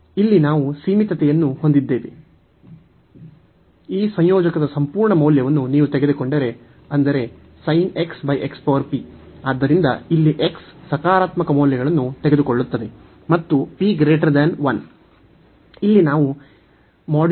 ಇಲ್ಲಿ ನಾವು ಸೀಮಿತತೆಯನ್ನು ಹೊಂದಿದ್ದೇವೆ ಈ ಸಂಯೋಜಕದ ಸಂಪೂರ್ಣ ಮೌಲ್ಯವನ್ನು ನೀವು ತೆಗೆದುಕೊಂಡರೆ ಅಂದರೆ ಆದ್ದರಿಂದ ಇಲ್ಲಿ x ಸಕಾರಾತ್ಮಕ ಮೌಲ್ಯಗಳನ್ನು ತೆಗೆದುಕೊಳ್ಳುತ್ತದೆ ಮತ್ತು p 1